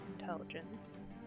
intelligence